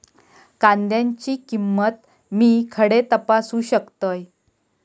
कांद्याची किंमत मी खडे तपासू शकतय?